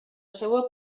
seua